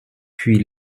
puis